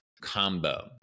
Combo